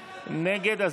נגד.